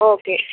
okay